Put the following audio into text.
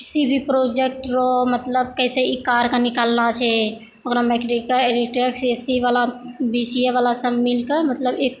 किसी भी प्रोजेक्ट रऽ मतलब कैसे ई कारके निकलना छै ओकरा मेकेनिकल इलेक्ट्रिकल सीसीवला बीसीएवला सब मिल कए मतलब एक